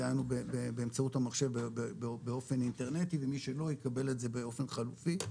דהיינו באמצעות המחשב באופן אינטרנטי ומי שלא יקבל את זה באופן חלופי.